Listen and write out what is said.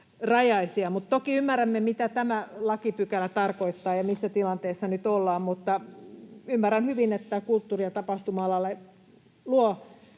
Toki ymmärrämme, mitä tämä lakipykälä tarkoittaa ja missä tilanteessa nyt ollaan, mutta ymmärrän hyvin, että kulttuuri- ja tapahtuma-alalle luo